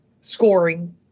scoring